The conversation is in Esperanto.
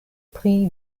pri